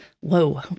whoa